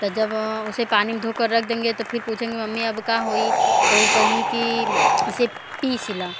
त जब उसे पानी में धो कर रख देंगे तो फिर पूछेंगे मम्मी अब का होई तो उ कहीं कि इसे पीस ल